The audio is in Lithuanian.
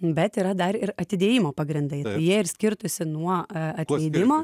bet yra dar ir atidėjimo pagrindai tai jie ir skirtųsi nuo atleidimo